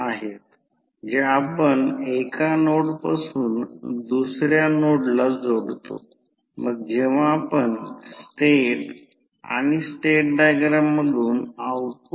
म्हणून जेव्हा लोड प्रत्यक्षात जोडला जात नाही तेव्हा खूप लहान करंट वायडींगच्या प्रायमरी साईडमधून वाहतो